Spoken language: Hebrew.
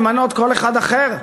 למנות כל אחד אחר.